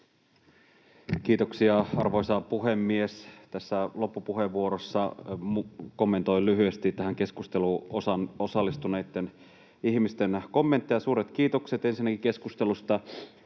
Kiitoksia, arvoisa puhemies! Tässä loppupuheenvuorossa kommentoin lyhyesti tähän keskusteluun osallistuneiden ihmisten kommentteja. Suuret kiitokset ensinnäkin keskustelusta.